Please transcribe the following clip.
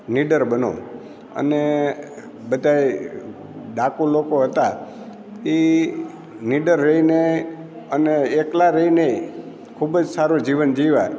નીડર બનો અને બધાય ડાકુ લોકો હતા એ નીડર રહીને અને એકલા રહીને ખૂબ જ સારું જીવન જીવ્યા